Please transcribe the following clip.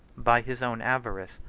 by his own avarice,